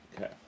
Okay